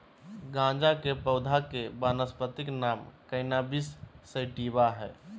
गाँजा के पौधा के वानस्पति नाम कैनाबिस सैटिवा हइ